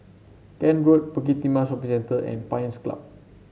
Kent Road Bukit Timah Shopping Centre and Pines Club